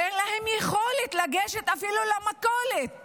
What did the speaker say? ואין להם יכולת לגשת אפילו למכולת